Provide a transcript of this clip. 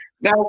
Now